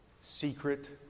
secret